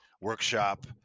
workshop